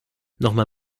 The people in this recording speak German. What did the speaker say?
nochmal